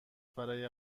برای